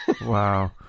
Wow